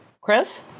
Chris